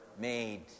made